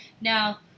Now